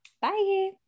bye